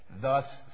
Thus